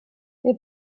wir